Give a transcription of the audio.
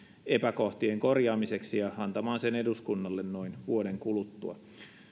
epäkohtien korjaamiseksi ja antamaan sen eduskunnalle noin vuoden kuluttua